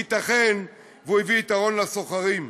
וייתכן שהוא הביא יתרון לסוחרים,